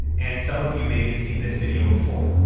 and some of you may have seen this video before.